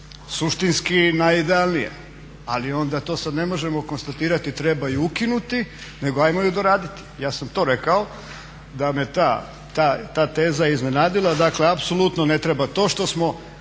suštinski najidealnije, ali onda to sad ne možemo konstatirati treba ih ukinuti, nego ajmo ju doraditi. Ja sam to rekao da me ta teza iznenadila, dakle apsolutno ne treba. To što smo